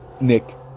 Nick